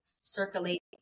circulate